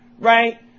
right